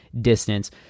distance